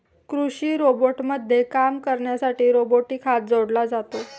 कृषी रोबोटमध्ये काम करण्यासाठी रोबोटिक हात जोडला जातो